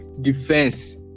defense